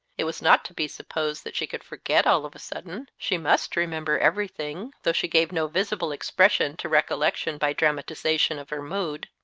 it was not to be supposed that she could forget all of a sudden. she must remember everything, though she gave no visible expression to recollection by dramatization of her mood.